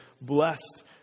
Blessed